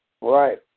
Right